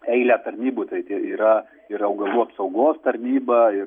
eilę tarnybų tai ti yra ir augalų apsaugos tarnyba ir